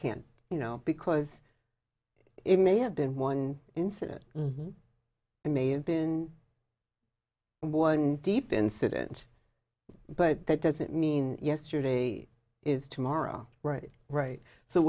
can't you know because it may have been one incident i may have been one deep incident but that doesn't mean yesterday is tomorrow right right so